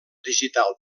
digital